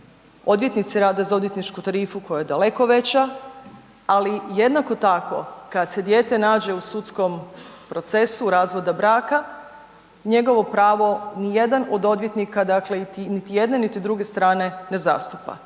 odvjetnici rade za odvjetničku tarifu koja je daleko veća, ali jednako tako kad se dijete nađe u sudskom procesu razvoda braka, njegovo pravo, nijedan od odvjetnika, niti jedne niti druge strane ne zastupa